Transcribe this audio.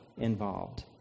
Involved